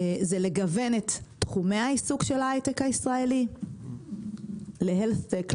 זה לגוון את תחומי העיסוק של ההייטק הישראלי ל- Health tech,